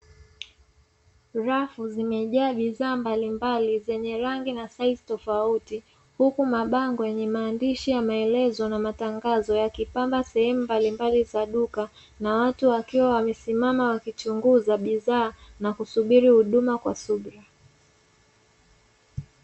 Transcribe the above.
Rafu zimejaa bidhaa mbalimbali zenye rangi na size tofauti huku mabango yenye maandishi ya maelezo na matangazo yakipamba sehemu mbalimbali za duka, na watu wakiwa wamesimama wakichunguza bidhaa na kusubiri huduma kwa subira.